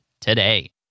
today